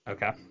Okay